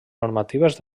normatives